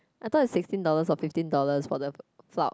I thought is fifteen dollars or sixteen dollars for the